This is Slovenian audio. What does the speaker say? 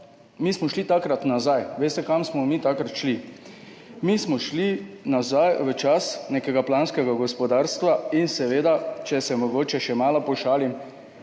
pa smo šli takrat nazaj. Veste, kam smo mi takrat šli? Mi smo šli nazaj v čas nekega planskega gospodarstva in če se mogoče še malo pošalim,